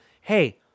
Hey